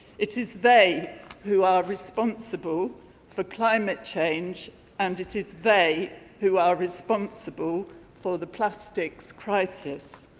it is they who are responsible for climate change and it is they who are responsible for the plastics crisis.